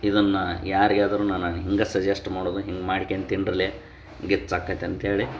ಇದನ್ನು ಯಾರಿಗಾದರು ನಾನು ಹಿಂಗೆ ಸಜೆಸ್ಟ್ ಮಾಡೋದು ಹಿಂಗೆ ಮಾಡ್ಕಂಡ್ ತಿನ್ನಿರಲೇ ಗಿಚ್ಚಾಕೈತೆ ಅಂತೇಳಿ